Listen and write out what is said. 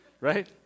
right